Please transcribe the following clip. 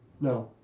No